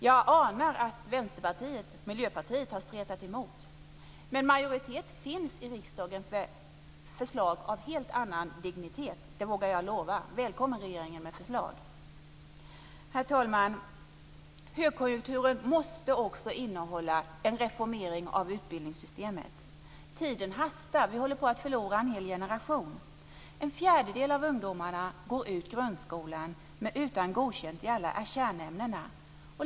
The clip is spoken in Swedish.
Jag anar att Vänsterpartiet och Miljöpartiet har stretat emot. Men majoritet finns i riksdagen för förslag av helt annan dignitet. Det vågar jag lova. Välkommen, regeringen, med förslag! Herr talman! Högkonjunkturen måste också innehålla en reformering av utbildningssystemet. Det hastar. Vi håller på att förlora en hel generation. En fjärdedel av ungdomarna går ut grundskolan utan godkänt i alla kärnämnen.